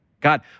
God